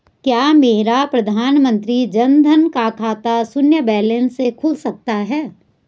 क्या मेरा प्रधानमंत्री जन धन का खाता शून्य बैलेंस से खुल सकता है?